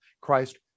Christ